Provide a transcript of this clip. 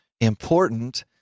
important